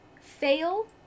fail